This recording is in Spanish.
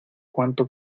cuanto